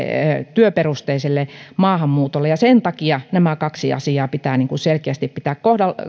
työperusteiselle maahanmuutolle sen takia nämä kaksi asiaa pitää selkeästi pitää